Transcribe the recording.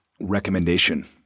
recommendation